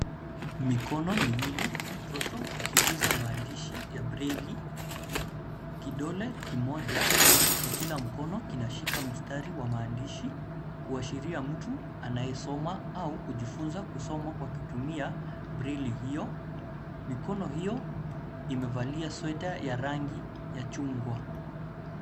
Mikono miwili ya mtoto ikiguza maandishi ya breli. Kidole kimoja cha kila mkono kinashika mstari wa maandishi, kuashiria mtu anayesoma au kujifunza kusoma kwa kutumia breli hiyo. Mikono hiyo imevalia sweta ya rangi ya chungwa.